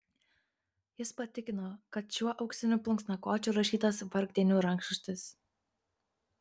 jis patikino kad šiuo auksiniu plunksnakočiu rašytas vargdienių rankraštis